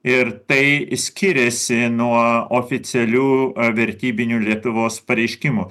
ir tai skiriasi nuo oficialių ar vertybinių lietuvos pareiškimų